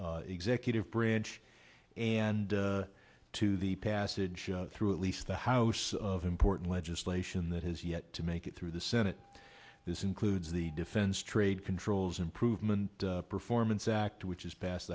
executive branch and to the passage through at least the house of important legislation that has yet to make it through the senate this includes the defense trade controls improvement performance act which is pass